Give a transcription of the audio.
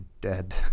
dead